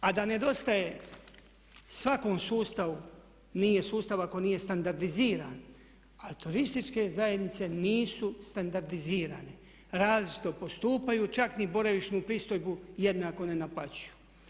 A da nedostaje svakom sustavu, nije sustav ako nije standardiziran ali turističke zajednice nisu standardizirane, različito postupaju, čak ni boravišnu pristojbu jednako ne naplaćuju.